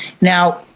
Now